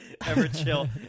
Everchill